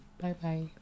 Bye-bye